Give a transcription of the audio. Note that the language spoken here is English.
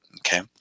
okay